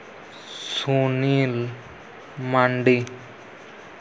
Sunil Mandi